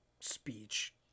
speech